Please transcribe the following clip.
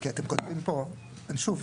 כי אתם כותבים פה, שוב.